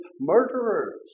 murderers